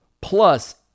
plus